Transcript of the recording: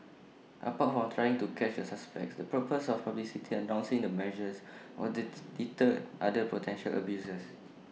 apart from trying to catch the suspects the purpose of publicly announcing the measures was to deter other potential abusers